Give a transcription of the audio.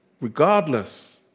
Regardless